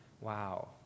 Wow